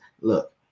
look